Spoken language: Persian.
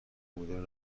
مدرن